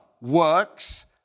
works